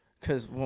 Cause